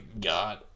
God